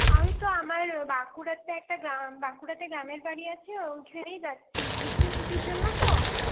আমি তো আমার বাঁকুড়াতে একটা গ্রাম বাঁকুড়াতে গ্রামের বাড়ি আছে ওইখানেই যাচ্ছি গ্রীষ্মের ছুটির জন্য তো